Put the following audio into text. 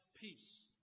peace